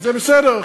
זה בסדר.